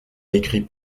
écrit